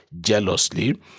jealously